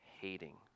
hating